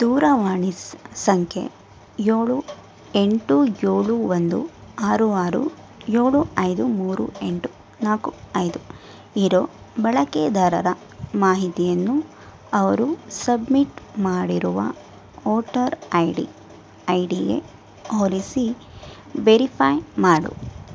ದೂರವಾಣಿ ಸಂಖ್ಯೆ ಏಳು ಎಂಟು ಏಳು ಒಂದು ಆರು ಆರು ಏಳು ಐದು ಮೂರು ಎಂಟು ನಾಲ್ಕು ಐದು ಇರೋ ಬಳಕೆದಾರರ ಮಾಹಿತಿಯನ್ನು ಅವರು ಸಬ್ಮಿಟ್ ಮಾಡಿರುವ ವೋಟರ್ ಐ ಡಿ ಐ ಡಿಗೆ ಹೋಲಿಸಿ ವೆರಿಫೈ ಮಾಡು